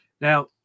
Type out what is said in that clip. Now